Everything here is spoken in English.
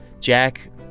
Jack